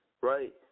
right